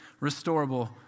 Restorable